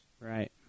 Right